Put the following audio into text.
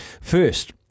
First